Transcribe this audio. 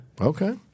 Okay